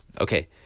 okay